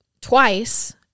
twice